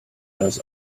does